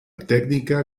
tècnica